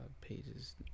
pages